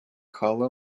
carlo